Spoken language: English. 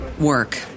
work